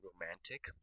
romantic